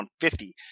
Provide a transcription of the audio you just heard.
150